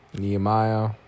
Nehemiah